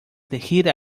elegir